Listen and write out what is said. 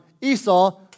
Esau